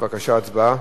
בבקשה, הצבעה.